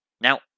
Now